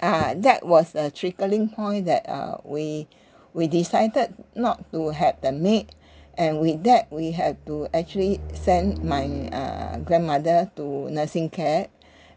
uh that was a triggering point that uh we we decided not to have the maid and with that we had to actually send my uh grandmother to nursing care